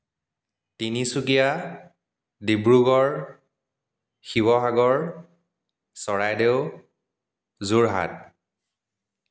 Tinsukia Dibrugarh Sivasagar Charaideo Jorhat